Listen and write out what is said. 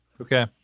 Okay